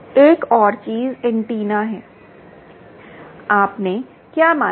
एक और चीज़ एंटीना है आपने क्या माना